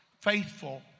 faithful